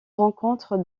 rencontre